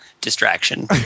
distraction